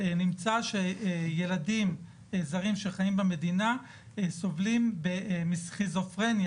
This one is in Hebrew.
נמצא שילדים זרים שחיים במדינה סובלים מסכיזופרניה